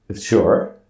Sure